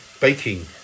baking